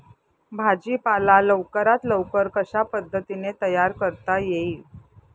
भाजी पाला लवकरात लवकर कशा पद्धतीने तयार करता येईल?